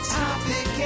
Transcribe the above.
topic